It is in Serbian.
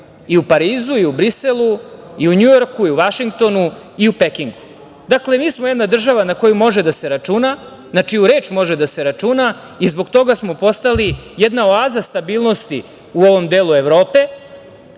i u Parizu, i u Briselu, i u Njujorku, i u Vašingtonu i u Pekingu. Dakle, mi smo jedna država na koju može da se računa, na čiju reč može da se računa, i zbog toga smo postali jedna oaza stabilnosti u ovom delu Evrope